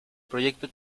proyecto